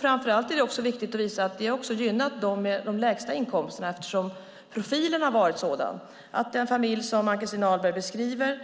Framför allt är det viktigt att visa att detta har gynnat dem med de lägsta inkomsterna eftersom profilen har varit sådan att en familj av den typ som Ann-Christin Ahlberg beskriver,